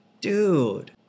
Dude